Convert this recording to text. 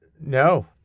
no